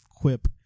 quip